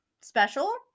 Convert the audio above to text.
special